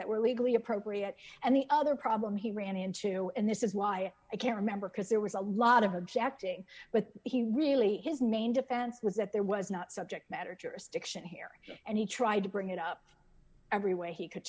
that were legally appropriate and the other problem he ran into and this is why i can't remember because there was a lot of objecting but he really his main defense was that there was not subject matter jurisdiction here and he tried to bring it up every way he could